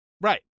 Right